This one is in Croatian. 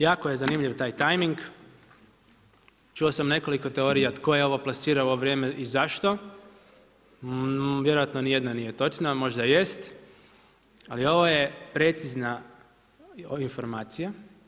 Jako je zanimljiv taj tajming, čuo sam nekoliko teorija tko je ovo plasirao u ovo vrijeme i zašto, vjerojatno nijedna nije točna, a možda jest, ali ovo je precizna informacija.